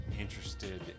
interested